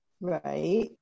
right